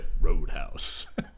Roadhouse